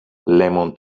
lemon